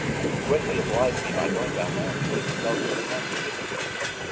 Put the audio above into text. you will greatly oblige me by going down there and putting yourself into the hands of mrs. westgate.